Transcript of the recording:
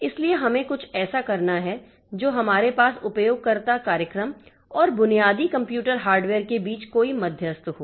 इसलिए हमें ऐसा कुछ करना है जो हमारे पास उपयोगकर्ता कार्यक्रम और बुनियादी कंप्यूटर हार्डवेयर के बीच कोई मध्यस्थ हो